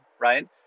right